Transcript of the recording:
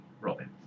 Robin